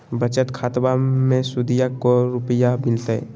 बचत खाताबा मे सुदीया को रूपया मिलते?